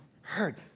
heard